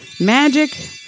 magic